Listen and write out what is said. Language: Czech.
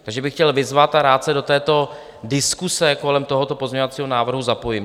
Takže bych vás chtěl k tomu vyzvat a rád se do diskuse kolem tohoto pozměňovacího návrhu zapojím.